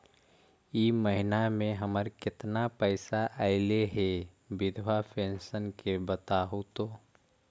इ महिना मे हमर केतना पैसा ऐले हे बिधबा पेंसन के बताहु तो?